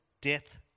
death